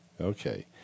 Okay